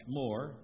more